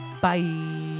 Bye